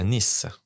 Nice